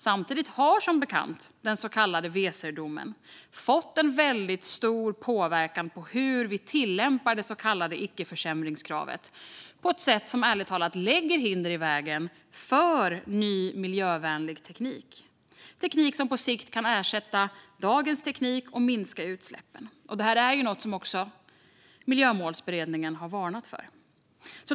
Samtidigt har som bekant den så kallade Weserdomen fått stor påverkan på hur vi tillämpar det så kallade icke-försämringskravet på ett sätt som ärligt talat lägger hinder i vägen för utvecklingen av ny miljövänlig teknik - teknik som på sikt kan ersätta dagens teknik och minska utsläppen. Det är också något som Miljömålsberedningen varnat för.